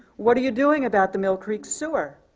what are you doing about the mill creek sewer?